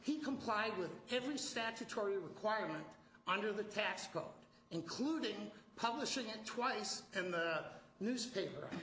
he complied with every statutory requirement under the tax code including publishing it twice in the newspaper